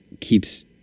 keeps